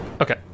Okay